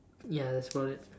ya that's about it